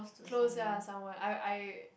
close ya someone I I